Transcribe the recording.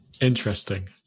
Interesting